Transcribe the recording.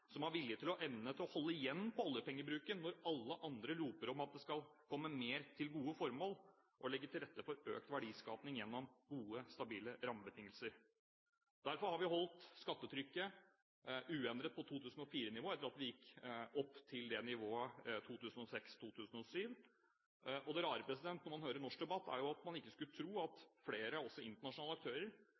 som har vilje og evne til å holde igjen på oljepengebruken når alle andre roper om at det skal komme mer til gode formål, og som legger til rette for økt verdiskaping gjennom gode, stabile rammebetingelser. Derfor har vi holdt skattetrykket uendret på 2004-nivået etter at vi gikk opp til det nivået i 2006–2007. Det rare når man hører norsk debatt, er jo at man ikke skulle tro at flere, også internasjonale, aktører